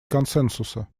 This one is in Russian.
консенсуса